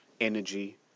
energy